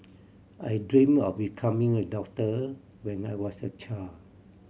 I dream of becoming a doctor when I was a child